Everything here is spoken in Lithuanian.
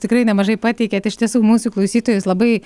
tikrai nemažai pateikėt iš tiesų mūsų klausytojus labai